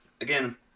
again